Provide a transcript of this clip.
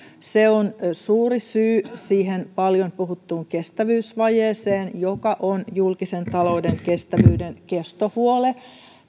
se on suuri syy siihen paljon puhuttuun kestävyysvajeeseen joka on julkisen talouden kestävyyden kestohuoli